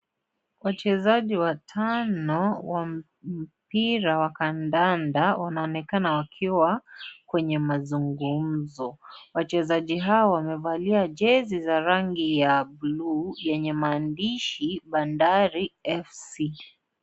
Wachezaji watano wampira wa kandanda wanaonekana wakiwa kwenye mazungumzo. wachezaji hawa wamevalia jezi za rangi ya bluu zenye maandishi Bandari FC.